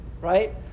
right